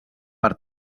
per